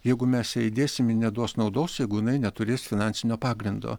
jeigu mes ją įdėsim ji neduos naudos jeigu jinai neturės finansinio pagrindo